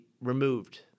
removed